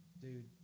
Dude